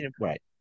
right